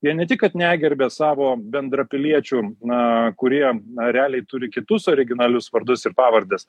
jie ne tik kad negerbia savo bendrapiliečių na kurie na realiai turi kitus originalius vardus ir pavardes